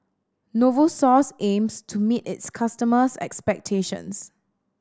novosource aims to meet its customers' expectations